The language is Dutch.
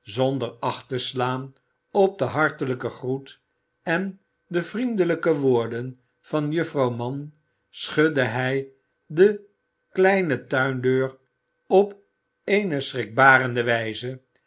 zonder acht te slaan op den hartelijken groet en de vriendelijke woorden van juffrouw mann schudde hij de kleine tuindeur op eene schrikbarende wijze